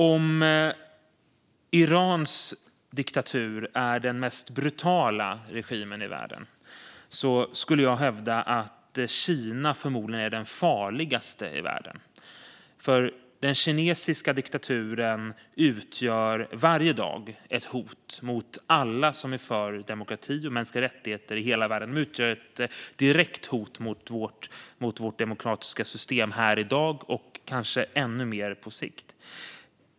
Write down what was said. Om Irans diktatur är den mest brutala regimen i världen vill jag hävda att Kina förmodligen är den farligaste i världen. Den kinesiska diktaturen utgör varje dag ett hot mot alla som är för demokrati och mänskliga rättigheter i hela världen. Kina utgör ett direkt hot mot vårt demokratiska system här i dag och kanske ännu mer på sikt.